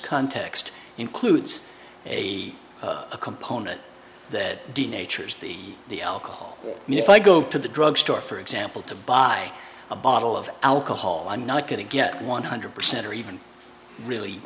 context includes a a component that denatures the the alcohol if i go to the drug store for example to buy a bottle of alcohol i'm not going to get one hundred percent or even really